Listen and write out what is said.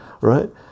right